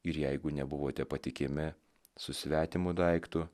ir jeigu nebuvote patikimi su svetimu daiktu